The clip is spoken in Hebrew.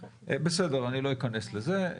בסדר, אני לא אכנס לזה.